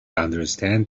understand